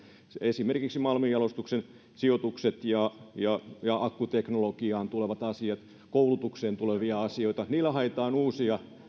esimerkiksi malminjalostuksen sijoitukset ja ja akkuteknologiaan tulevat asiat koulutukseen tulevia asioita niillä haetaan